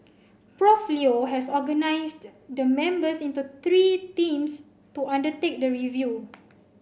Prof Leo has organised the members into three teams to undertake the review